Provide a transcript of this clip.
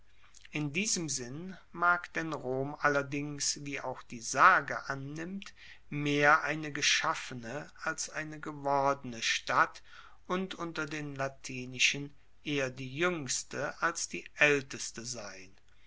in diesem sinn mag denn rom allerdings wie auch die sage annimmt mehr eine geschaffene als eine gewordene stadt und unter den latinischen eher die juengste als die aelteste sein